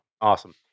awesome